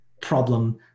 problem